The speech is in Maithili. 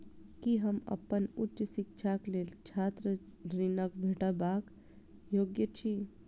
की हम अप्पन उच्च शिक्षाक लेल छात्र ऋणक भेटबाक योग्य छी?